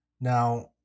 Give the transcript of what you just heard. Now